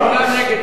נגד,